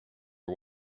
are